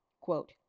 Quote